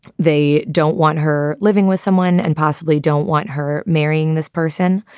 they don't want her living with someone and possibly don't want her marrying this person.